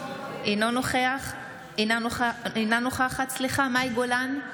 אינה נוכחת מאי גולן,